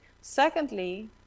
Secondly